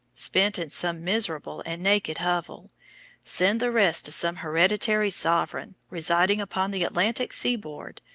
spent in some miserable and naked hovel send the rest to some hereditary sovereign residing upon the atlantic sea-board,